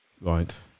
Right